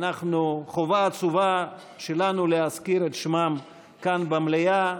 החובה העצובה שלנו היא להזכיר את שמם כאן, במליאה.